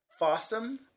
Fossum